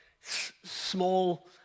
small